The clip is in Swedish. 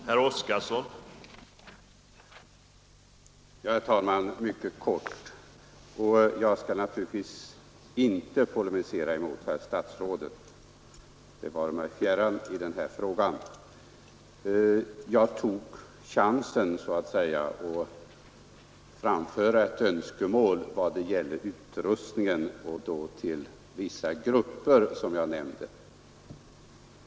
Herr talman! Jag skall fatta mig mycket kort och naturligtvis inte polemisera mot herr statsrådet — det vare mig fjärran i den här frågan. Jag tog chansen så att säga att framföra ett önskemål i vad det gäller utrustningen för vissa grupper som jag nämnde.